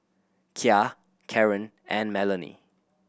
Kya Caron and Melanie